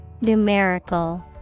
Numerical